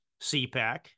CPAC